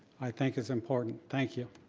i think it's important, thank you.